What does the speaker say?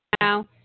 Now